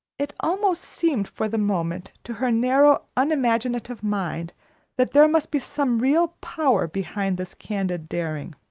it almost seemed for the moment to her narrow, unimaginative mind that there must be some real power behind this candid daring.